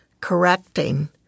correcting